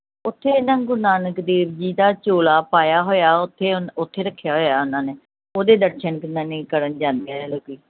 ਉੱਥੇ ਨਾ ਗੁਰੂ ਨਾਨਕ ਦੇਵ ਜੀ ਦਾ ਚੋਲਾ ਪਾਇਆ ਹੋਇਆ ਉੱਥੇ ਉਨ ਉੱਥੇ ਰੱਖਿਆ ਹੋਇਆ ਉਹਨਾਂ ਨੇ ਉਹਦੇ ਦਰਸ਼ਨ ਕਰਨ ਲਈ ਕਰਨ ਜਾਂਦੇ ਆ ਲੋਕ